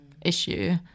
issue